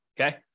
Okay